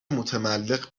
متملق